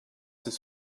his